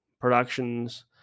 productions